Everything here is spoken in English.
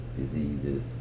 diseases